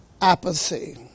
apathy